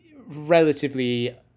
relatively